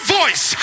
voice